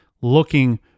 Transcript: looking